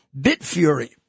Bitfury